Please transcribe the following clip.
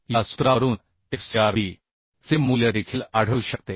या सूत्रावरून Fcrb चे मूल्य देखील आढळू शकते